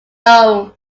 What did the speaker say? alone